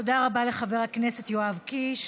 תודה רבה לחבר הכנסת יואב קיש.